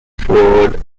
fraud